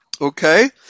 okay